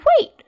wait